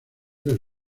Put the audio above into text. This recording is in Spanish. del